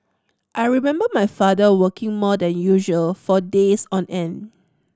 I remember my father working more than usual for days on end